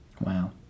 Wow